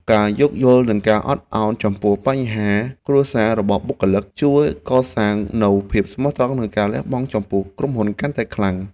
ការយល់យោគនិងការអត់ឱនចំពោះបញ្ហាគ្រួសាររបស់បុគ្គលិក ជួយកសាងនូវភាពស្មោះត្រង់និងការលះបង់ចំពោះក្រុមហ៊ុនកាន់តែខ្លាំង។